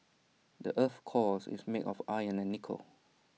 the Earth's core is made of iron and nickel